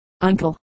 uncle